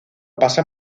pasa